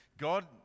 God